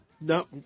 No